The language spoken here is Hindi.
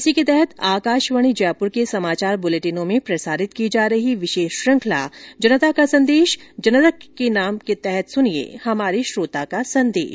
इसी के तहत आकाशवाणी जयपुर के समाचार बुलेटिनों में प्रसारित की जा रही विशेष श्रृखंला जनता का संदेश जनता के नाम के तहत सुनिये हमारे श्रोता का संदेश